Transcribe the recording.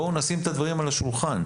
בואו נשים את הדברים על השולחן.